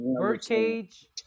Birdcage